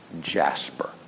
Jasper